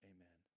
Amen